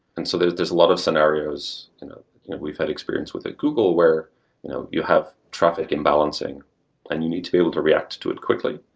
and so there's a lot of scenarios that we've had experience with at google where you know you have traffic and balancing and you need to be able to react to to it quickly.